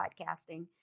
podcasting